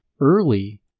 early